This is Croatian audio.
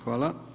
Hvala.